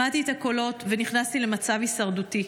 שמעתי את הקולות ונכנסתי למצב הישרדותי.